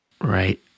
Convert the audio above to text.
right